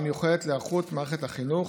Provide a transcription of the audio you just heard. הוועדה המיוחדת להיערכות מערכת החינוך,